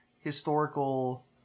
historical